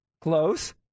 Close